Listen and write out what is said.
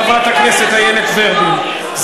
חברת הכנסת איילת ורבין.